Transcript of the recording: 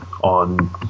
on